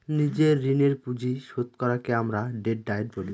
নিজের ঋণের পুঁজি শোধ করাকে আমরা ডেট ডায়েট বলি